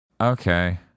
Okay